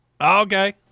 Okay